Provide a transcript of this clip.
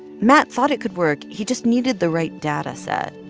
matt thought it could work. he just needed the right data set,